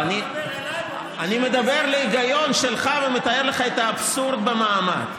אני מדבר להיגיון שלך ומתאר לך את האבסורד במעמד.